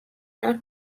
not